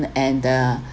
and the